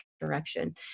direction